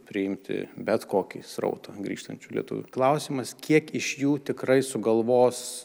priimti bet kokį srautą grįžtančių lietuvių klausimas kiek iš jų tikrai sugalvos